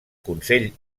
consell